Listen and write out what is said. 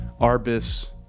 Arbus